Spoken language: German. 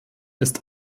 ist